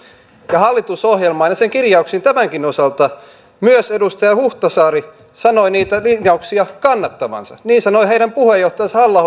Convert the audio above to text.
ja hallitusohjelmaan ja sen kirjauksiin tämänkin osalta myös edustaja huhtasaari joka sanoi niitä linjauksia kannattavansa niin sanoi heidän puheenjohtajansa halla